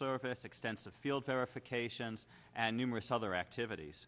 service extensive field verifications and numerous other activities